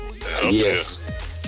yes